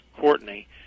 Courtney